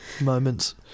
Moments